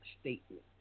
statement